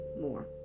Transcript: more